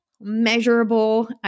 measurable